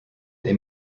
they